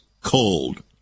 cold